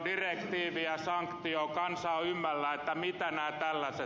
kansa on ymmällään mitä nämä tällaiset ovat